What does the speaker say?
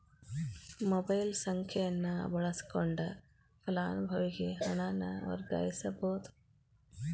mobile ಸಂಖ್ಯೆಯನ್ನ ಬಳಸಕೊಂಡ ಫಲಾನುಭವಿಗೆ ಹಣನ ವರ್ಗಾಯಿಸಬೋದ್